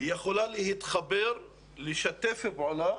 יכולה להתחבר ולשתף פעולה